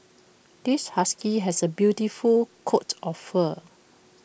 this husky has A beautiful coat of fur